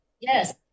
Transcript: Yes